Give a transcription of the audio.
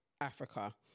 africa